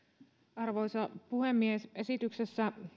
arvoisa puhemies esityksessä